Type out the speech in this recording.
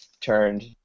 turned